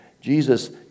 Jesus